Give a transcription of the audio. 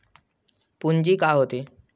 पूंजी का होथे?